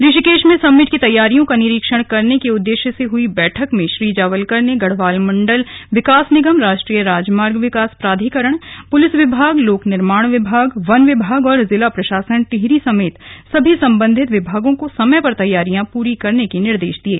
ऋषिकेश में समिट की तैयारियों का निरीक्षण करने के उद्देश्य से हुई बैठक में श्री जावलकर ने गढ़वाल मंडल विकास निगम राष्ट्रीय राजमार्ग विकास प्राधिकरण पुलिस विभाग लोक निर्माण विभाग वन विभाग और जिला प्रशासन टिहरी समेत सभी संबंधित विभागों को समय पर तैयारियां पूरी करने को कहा है